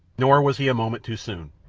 nor was he a moment too soon,